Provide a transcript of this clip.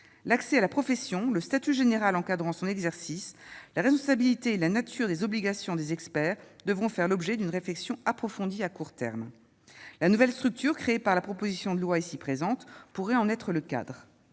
l'accès à la profession le statut général encadrant son exercice la responsabilité et la nature des obligations des experts devront faire l'objet d'une réflexion approfondie à court terme, la nouvelle structure créée par la proposition de loi ici présente, pourrait en être le cadre,